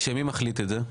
מי מחליט על זה?